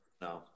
No